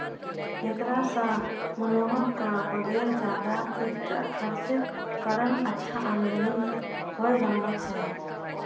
हेकरा सॅ मनोहर कॅ वगैर ज्यादा एक्स्ट्रा खर्च करनॅ अच्छा आमदनी होय रहलो छै